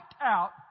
out